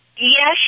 yes